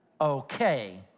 okay